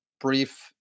brief